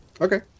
Okay